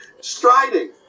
Striding